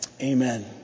Amen